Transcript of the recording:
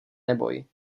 neboj